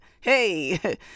hey